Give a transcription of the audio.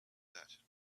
that